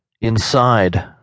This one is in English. inside